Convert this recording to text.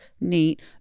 neat